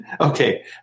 Okay